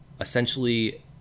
essentially